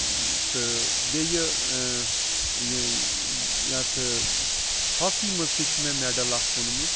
تہٕ بیٚیہِ یہِ یِم ییٚتھٕ ہاکی منٛز تہِ چھُ مےٚ میڈَل اکھ اوٚنمُت